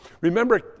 Remember